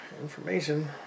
information